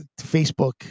Facebook